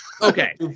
okay